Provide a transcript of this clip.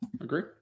Agree